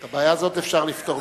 את הבעיה הזאת אפשר לפתור בקלות.